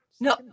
No